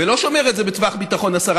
ולא שומר את זה בטווח ביטחון של 10